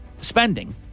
spending